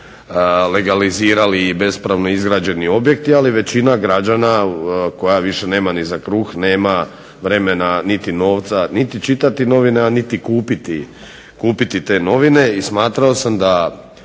legalizirali i bespravno izgrađeni objekti ali većina građana koja više nema ni za kruh nema vremena niti novca niti čitati novine, aniti kupiti te novine. I smatrao sam da